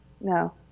no